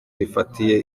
rifatiye